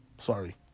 Sorry